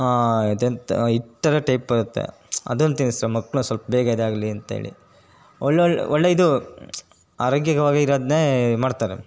ಅದೆಂತ ಈ ಥರ ಟೈಪ್ ಬರುತ್ತೆ ಅದನ್ನ ತಿನ್ನಿಸ್ತ್ರು ಮಕ್ಳು ಸ್ವಲ್ಪ ಬೇಗ ಇದಾಗಲಿ ಅಂಥೇಳಿ ಒಳ್ಳೊಳ್ಳೆ ಒಳ್ಳೆ ಇದು ಆರೋಗ್ಯಕರವಾಗಿ ಇರೋದನ್ನೆ ಮಾಡ್ತಾರೆ